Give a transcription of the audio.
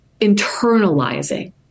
internalizing